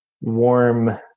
warm